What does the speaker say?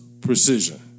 Precision